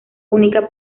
única